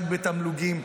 רק בתמלוגים,